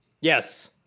Yes